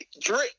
drip